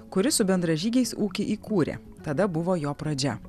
kuris su bendražygiais ūkį įkūrė tada buvo jo pradžia